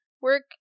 work